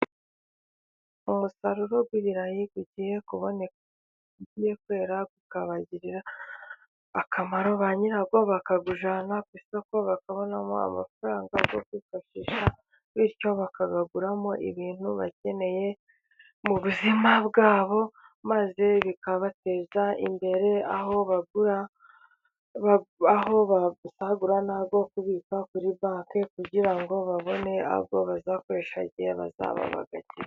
Umusaruro w'ibirayi ugiye kubone, ugiye kwera ukabagirira akamaro ba nyirawo, bakawujyana ku isoko bakabonamo amafaranga yo kwifashisha, bityo bakaguramo ibintu bakeneye mu buzima bwabo, maze bikabateza imbere, aho basagura nayo kubika kuri banki, kugira ngo babone ayo bazakoresha igihe bazaba bayakeneye.